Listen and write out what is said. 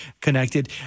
connected